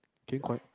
okay quite